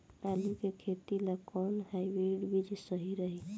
आलू के खेती ला कोवन हाइब्रिड बीज सही रही?